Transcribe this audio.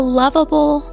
lovable